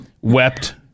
wept